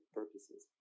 purposes